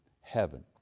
heaven